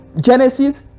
Genesis